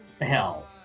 hell